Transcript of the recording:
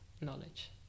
knowledge